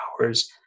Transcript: hours